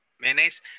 mayonnaise